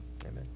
Amen